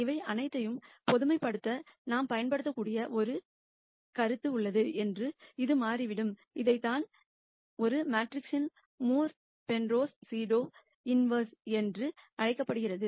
இவை அனைத்தையும் பொதுமைப்படுத்த நாம் பயன்படுத்தக்கூடிய ஒரு கருத்து உள்ளது என்று இது மாறிவிடும் இதைத்தான் ஒரு மேட்ரிக்ஸின் மூர் பென்ரோஸ் சீடோ இன்வர்ஸ் என்று அழைக்கப்படுகிறது